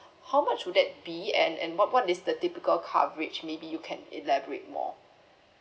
how much would that be and and what what is the typical coverage maybe you can elaborate more